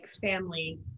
family